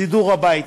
סידור הבית,